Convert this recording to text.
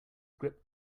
grip